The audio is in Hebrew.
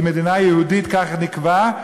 היא מדינה יהודית, כך נקבע.